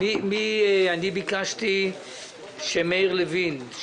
אני ביקשתי שמאיר לוין,